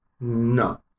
no